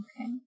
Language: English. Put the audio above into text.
okay